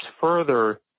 further